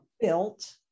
built